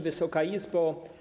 Wysoka Izbo!